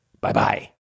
bye-bye